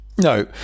No